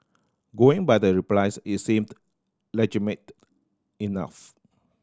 going by the replies it seems legitimate enough